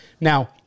Now